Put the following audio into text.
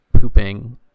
pooping